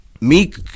Meek